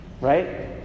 right